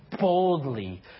boldly